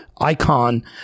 icon